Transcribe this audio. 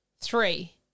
three